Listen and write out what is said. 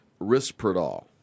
Risperdal